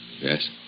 Yes